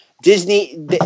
Disney